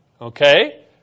Okay